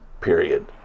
period